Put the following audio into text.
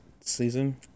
season